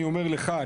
אני אומר לך,